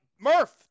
Murph